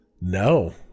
no